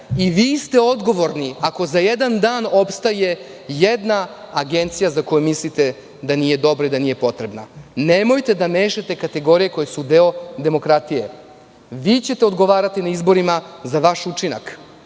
i vi ste odgovorni ako za jedan dan opstaje jedna agencija za koju mislite da nije dobra i da nije potrebna. Nemojte da mešate kategorije koje su deo demokratije. Vi ćete odgovarati na izborima za vaš učinak.